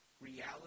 reality